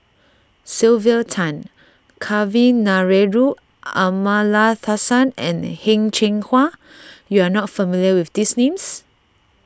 Sylvia Tan Kavignareru Amallathasan and Heng Cheng Hwa you are not familiar with these names